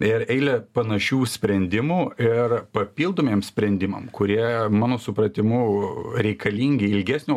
ir eilę panašių sprendimų ir papildomiems sprendimam kurie mano supratimu reikalingi ilgesnio